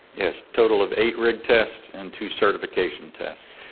yes, total of eight rig tests and two certification tests.